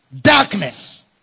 Darkness